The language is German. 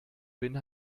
bin